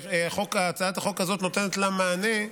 שהצעת החוק הזאת נותנת לה מענה,